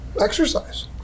exercise